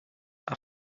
are